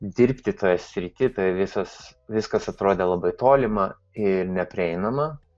dirbti toje srity visas viskas atrodė labai tolima ir neprieinama